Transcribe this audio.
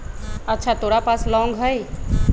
अच्छा तोरा पास लौंग हई?